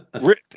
Rip